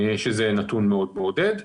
שזה נתון מאוד מעודד,